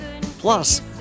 plus